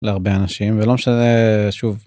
להרבה אנשים ולא משנה שוב.